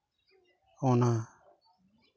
ᱚᱱᱟ